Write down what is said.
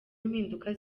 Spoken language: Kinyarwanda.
impinduka